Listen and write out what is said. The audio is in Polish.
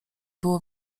było